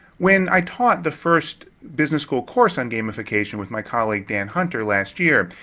when i taught the first business school course on gamification with my colleague, dan hunter last year,